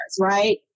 right